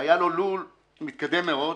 שהיה לו לול מתקדם מאוד,